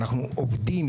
אנחנו עובדים,